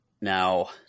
now